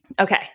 Okay